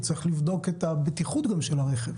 צריך לבדוק גם את הבטיחות של הרכב.